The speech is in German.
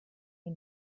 die